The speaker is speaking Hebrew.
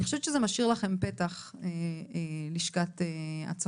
אני חושבת שזה משאיר לכם פתח, לשכת הצפון.